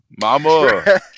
Mama